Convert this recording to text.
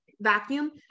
vacuum